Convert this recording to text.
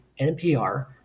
NPR